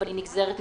היא נגזרת ממנה.